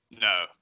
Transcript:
No